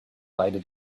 lighted